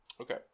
Okay